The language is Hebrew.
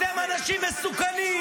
אתם אנשים מסוכנים.